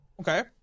Okay